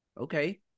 Okay